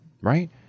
Right